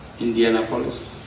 Indianapolis